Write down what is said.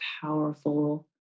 powerful